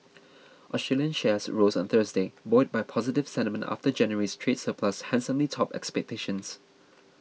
Australian shares rose on Thursday buoyed by positive sentiment after January's trade surplus handsomely topped expectations